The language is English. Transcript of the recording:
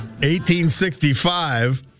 1865